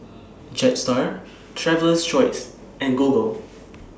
Jetstar Traveler's Choice and Google